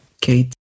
Kate